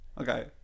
Okay